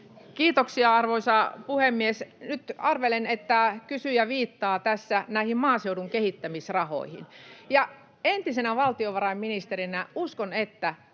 Kiitoksia, arvoisa puhemies! Nyt arvelen, että kysyjä viittaa tässä näihin maaseudun kehittämisrahoihin. Uskon, että entisenä valtiovarainministerinä ymmärrätte